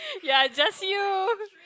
ya just you